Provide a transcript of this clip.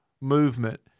movement